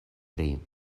pri